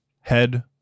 Head